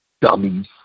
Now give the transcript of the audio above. Dummies